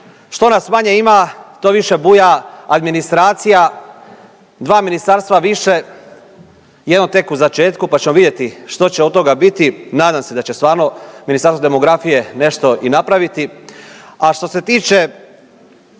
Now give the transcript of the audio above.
što nas manje ima to više buja administracija, dva ministarstva, jedno tek u začetku pa ćemo vidjeti što će od toga biti. Nadam se da će stvarno Ministarstvo demografije nešto i napraviti. A što se tiče